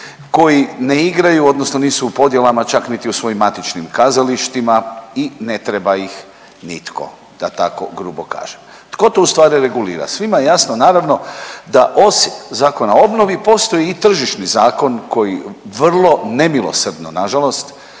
koji ne igraju odnosno nisu u podjelama čak niti u svojim matičnim kazalištima i ne treba ih nitko, da tako grubo kažem. Tko to ustvari regulira? Svima je jasno naravno da osim Zakona o obnovi postoji i Tržišni zakon koji vrlo nemilosrdno nažalost